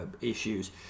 issues